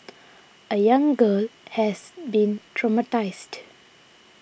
a young girl has been traumatised